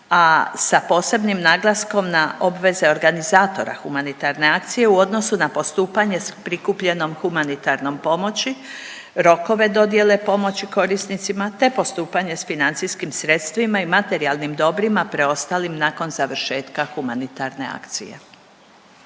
a sa posebnim naglaskom na obveze organizatora humanitarne akcije u odnosu na postupanje s prikupljenom humanitarnom pomoći, rokove dodjele pomoći korisnicima, te postupanje s financijskim sredstvima i materijalnim dobrim preostalim nakon završetka humanitarne akcije.